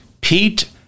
Pete